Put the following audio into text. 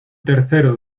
tercero